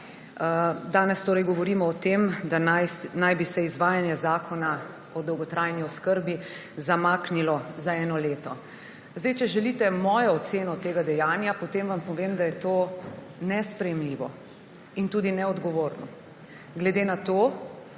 Danes torej govorimo o tem, da naj bi se izvajanje Zakona o dolgotrajni oskrbi zamaknilo za eno leto. Če želite mojo oceno tega dejanja, potem vam povem, da je to nesprejemljivo in tudi neodgovorno. Glede na to,